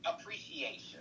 appreciation